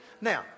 Now